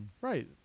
Right